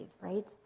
right